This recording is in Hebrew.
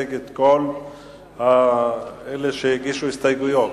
שמייצג את כל אלה שהגישו הסתייגויות: